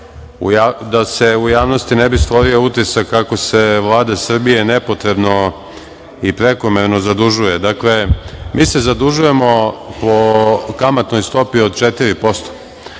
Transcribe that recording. da se u javnosti ne bi stvorio utisak kako se Vlada Srbije nepotrebno i prekomerno zadužuje. Mi se zadužujemo po kamatnoj stopi od 4%.